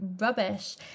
rubbish